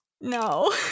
no